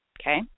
Okay